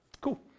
Cool